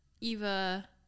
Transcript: eva